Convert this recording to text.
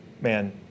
man